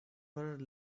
were